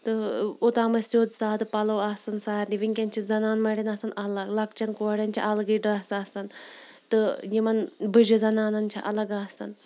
تہٕ اوٚتام ٲسۍ سیٚود سادٕ پَلَو آسان سارنی وٕنکیٚن چھِ زَنان مَنٛڈٮ۪ن آسان الگ لَکچٮ۪ن کوڑٮ۪ن چھِ اَلگٕے ڈرٛٮ۪س آسان تہٕ یِمَن بٕجہِ زنانَن چھِ الگ آسان